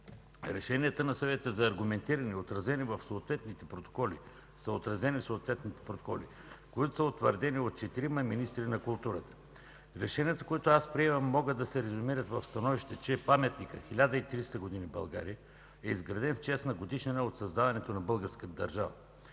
Решенията на Съвета са аргументирани и отразени в съответните протоколи, които са утвърдени от четирима министри на културата. Решенията, които аз приемам, могат да се резюмират със становището, че Паметникът „1300 години България” е изграден в чест на годишнина от създаването на българската държава